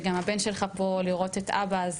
וגם הבן שלך פה לראות את אבא,